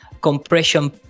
compression